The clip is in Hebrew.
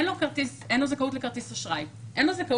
שלא תבוא